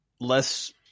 less